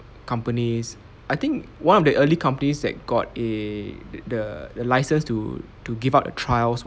companies I think one of the early companies that got a the the license to to give out the trials